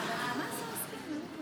ההסתייגות לא